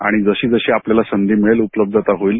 आणि जशीजशी आपल्याला संधी मिळेल उपलब्धता होईल